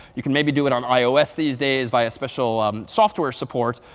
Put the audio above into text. you can maybe do it on ios these days via special software support.